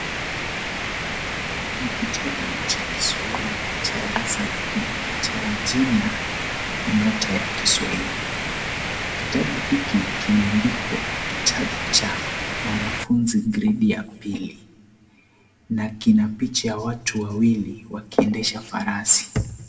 Ni kitabu cha kiswahili cha darasa ya pili chenye jina nyota ya kiswahili kitabu hiki kimeandikwa kitabu cha wanafunzi gredi ya pili na kina picha ya watu wawili wakiendesha farasi.